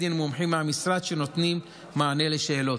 דין מומחים מהמשרד שנותנים מענה לשאלות.